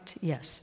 yes